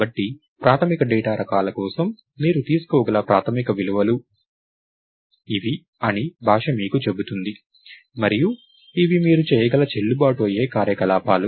కాబట్టి ప్రాథమిక డేటా రకాల కోసం మీరు తీసుకోగల ప్రాథమిక విలువలు ఇవి అని భాష మీకు చెబుతుంది మరియు ఇవి మీరు చేయగల చెల్లుబాటు అయ్యే కార్యకలాపాలు